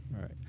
Right